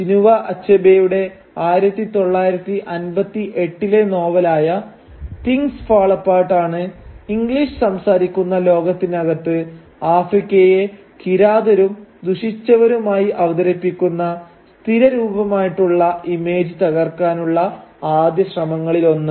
Chinua അച്ഛബേയുടെ 1958 ലെ നോവലായ 'തിങ്സ് ഫാൾ അപ്പാർട്ട്' ആണ് ഇംഗ്ലീഷ് സംസാരിക്കുന്ന ലോകത്തിനകത്ത് ആഫ്രിക്കയെ കിരാതരും ദുഷിച്ചവരുമായി അവതരിപ്പിക്കുന്ന സ്ഥിരരൂപമായിട്ടുള്ള ഇമേജ് തകർക്കാനുള്ള ആദ്യ ശ്രമങ്ങളിൽ ഒന്ന്